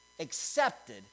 accepted